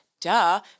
duh